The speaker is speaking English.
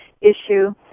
issue